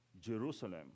Jerusalem